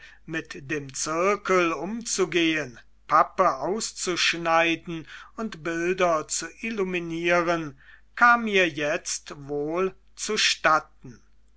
mit dem zirkel umzugehen pappe auszuschneiden und bilder zu illuminieren kam mir jetzt wohl zustatten